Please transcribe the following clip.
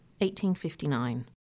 1859